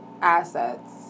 assets